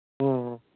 ꯎꯝ ꯎꯝ